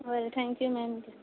हय thank you ma'am